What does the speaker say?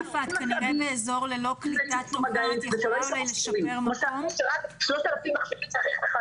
נאמר שצריך לחלק רק 3,000 מחשבים.